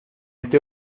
este